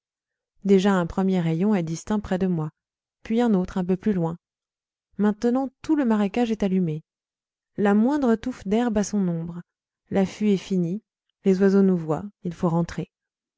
déjà un premier rayon est distinct près de moi puis un autre un peu plus loin maintenant tout le marécage est allumé la moindre touffe d'herbe a son ombre l'affût est fini les oiseaux nous voient il faut rentrer